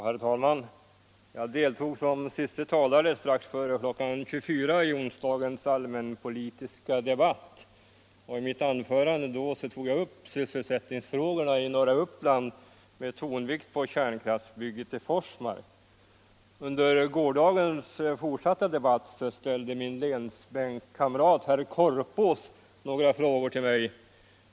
Herr talman! Jag deltog i den allmänpolitiska debatten som onsdagskvällens siste talare. strax före kl. 24. I mitt anförande tog jag då upp sysselsättningsfrågorna i norra Uppland med tonvikt på kärnkraftsbygget i Forsmark. Under gårdagens fortsatta debatt ställde min länsbänkkamrat herr Korpås några frågor till mig.